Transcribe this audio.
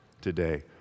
today